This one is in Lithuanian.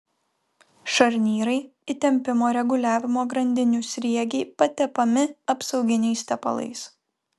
šarnyrai įtempimo reguliavimo grandinių sriegiai patepami apsauginiais tepalais